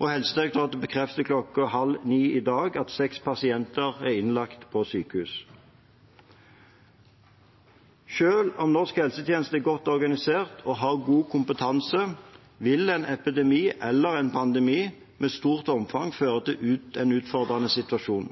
Helsedirektoratet bekreftet kl. 08.30 i dag at seks pasienter er innlagt på sykehus. Selv om norsk helsetjeneste er godt organisert og har god kompetanse, vil en epidemi eller en pandemi med stort omfang føre til en utfordrende situasjon.